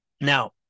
Now